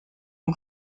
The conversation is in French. ans